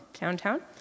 downtown